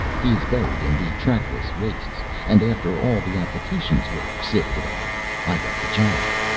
he is buried in the trackless wastes and after all the applicants were sifted out i got the job.